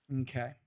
Okay